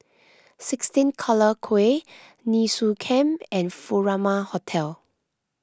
sixteen Collyer Quay Nee Soon Camp and Furama Hotel